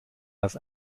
dass